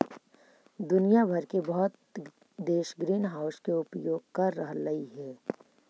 दुनिया भर के बहुत देश ग्रीनहाउस के उपयोग कर रहलई हे